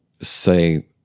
say